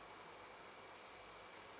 jimmy